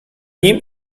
nim